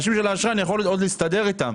האנשים של האשראי, אני יכול עוד להסתדר איתם.